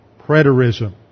preterism